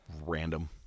random